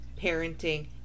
parenting